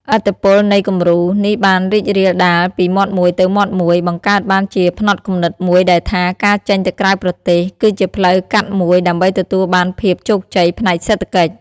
ឥទ្ធិពលនៃ "គំរូ" នេះបានរីករាលដាលពីមាត់មួយទៅមាត់មួយ បង្កើតបានជាផ្នត់គំនិតមួយដែលថា ការចេញទៅក្រៅប្រទេស គឺជាផ្លូវកាត់មួយដើម្បីទទួលបានភាពជោគជ័យផ្នែកសេដ្ឋកិច្ច។